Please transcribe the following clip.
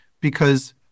because-